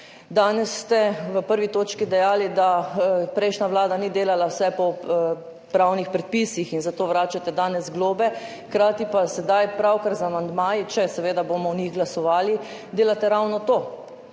Danes ste v 1. točki dejali, da prejšnja vlada ni delala vsega po pravnih predpisih in zato danes vračate globe, hkrati pa sedaj pravkar z amandmaji, seveda če bomo o njih glasovali, delate ravno to,